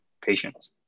patients